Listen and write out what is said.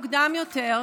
מוקדם יותר,